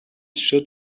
should